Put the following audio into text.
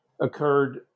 occurred